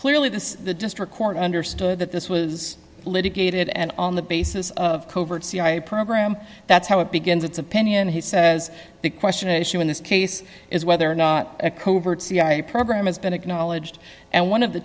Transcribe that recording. clearly this the district court understood that this was litigated and on the basis of covert cia program that's how it begins its opinion he says the question at issue in this case is whether or not a covert cia program has been acknowledged and one of the